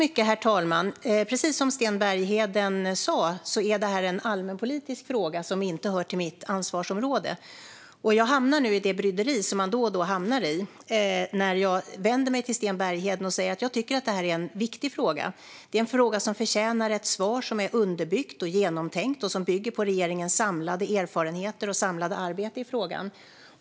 Herr talman! Precis som Sten Bergheden sa är detta en allmänpolitisk fråga som inte hör till mitt ansvarsområde. Jag hamnar nu i det bryderi som man då och då hamnar i. Jag vänder mig till Sten Bergheden och säger att jag tycker att det är en viktig fråga. Det är en fråga som förtjänar ett svar som är underbyggt, genomtänkt och bygger på regeringens samlade erfarenheter och samlade arbete i frågan.